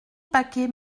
paquets